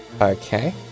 Okay